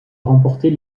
remporter